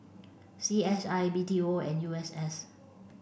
C S I B T O and U S S